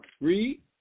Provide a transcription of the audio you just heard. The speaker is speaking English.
Read